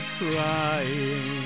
crying